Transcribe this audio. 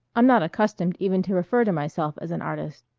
i'm not accustomed even to refer to myself as an artist.